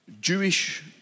Jewish